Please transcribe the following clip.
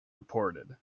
reported